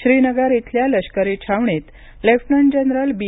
श्रीनगर इथल्या लष्करी छावणीत लेफ्टनंट जनरल बी